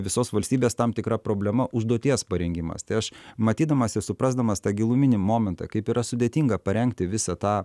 visos valstybės tam tikra problema užduoties parengimas tai aš matydamas ir suprasdamas tą giluminį momentą kaip yra sudėtinga parengti visą tą